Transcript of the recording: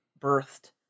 birthed